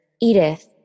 Edith